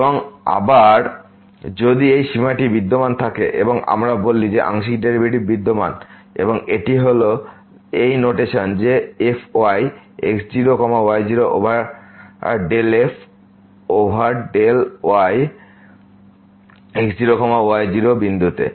এবং আবার যদি এই সীমাটি বিদ্যমান থাকে আমরা বলি যে আংশিক ডেরিভেটিভ বিদ্যমান এবং এটি হল এই নোটেসন যে fyx0 y0 over del f over del y x0 y0 বিন্দুতে